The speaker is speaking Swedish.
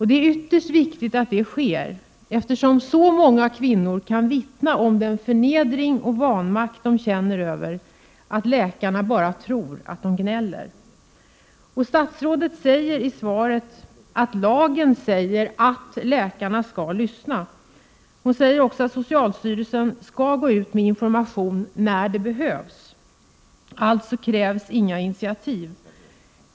Det är ytterst viktigt att det sker, eftersom så många kvinnor kan vittna om den förnedring och vanmakt de känner över att läkarna bara tror att de gnäller. Statsrådet säger i svaret att lagen säger att läkarna skall lyssna. Hon säger också att socialstyrelsen skall gå ut med information när det behövs — alltså krävs inga initiativ.